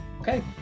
Okay